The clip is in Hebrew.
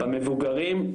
במבוגרים,